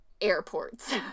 airports